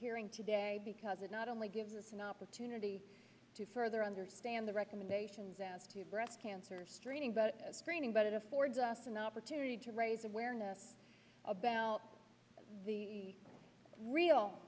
hearing today because it not only gives us an opportunity to further understand the recommendations as to breast cancer screening but screening but it affords us an opportunity to raise awareness about the real